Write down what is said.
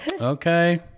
Okay